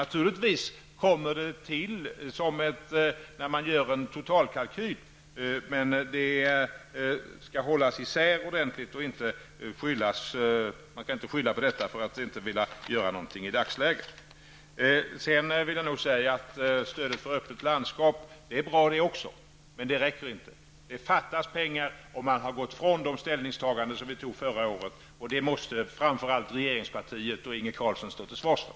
Naturligtvis tillkommer det när man gör en totalkalkyl, men man skall hålla isär dessa två saker ordentligt och inte skylla på detta för att slippa göra någonting i dagsläget. Stödet för ett öppet landskap är också bra, men det räcker inte. Det fattas pengar, och man har gått ifrån ställningstagandena från förra året. Detta måste framför allt regeringspartiet och Inge Carlsson stå till svars för.